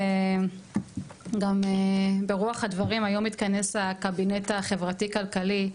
וגם ברוח הדברים, היום התכנס הקבינט החברתי-כלכלי,